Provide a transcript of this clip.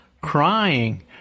Crying